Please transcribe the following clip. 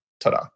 Ta-da